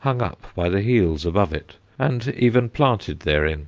hung up by the heels above it, and even planted therein